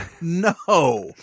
no